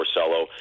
Porcello